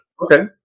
okay